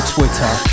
Twitter